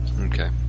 Okay